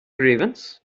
grievance